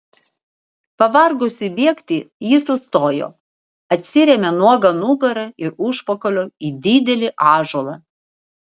pavargusi bėgti ji sustojo atsirėmė nuoga nugara ir užpakaliu į didelį ąžuolą